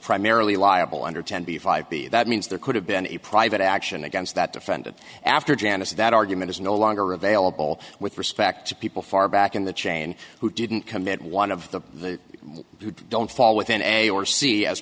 primarily liable under ten b five b that means there could have been a private action against that defendant after janice that argument is no longer available with respect to people far back in the chain who didn't commit one of the who don't fall within a or